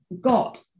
got